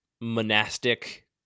monastic